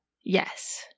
Yes